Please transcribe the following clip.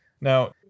Now